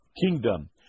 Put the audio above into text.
kingdom